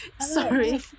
Sorry